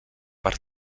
per